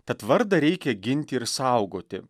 tad vardą reikia ginti ir saugoti